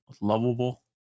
lovable